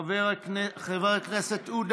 חבר הכנסת עודה